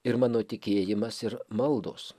ir mano tikėjimas ir maldos